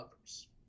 others